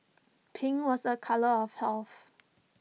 pink was A colour of health